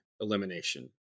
elimination